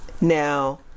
Now